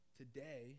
today